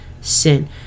sin